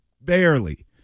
barely